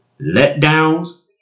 letdowns